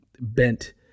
bent